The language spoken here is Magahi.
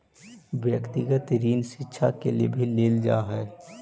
व्यक्तिगत ऋण शिक्षा के लिए भी लेल जा हई